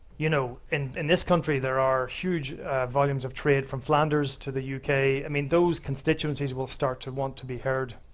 you know and in this country, there are huge volumes of trade from flanders to the yeah uk. i mean, those constituencies will start to want to be heard.